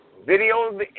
video